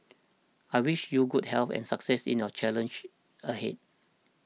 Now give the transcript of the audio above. I wish you good health and success in your challenges ahead